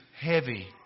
heavy